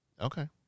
Okay